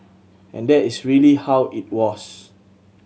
and that is really how it was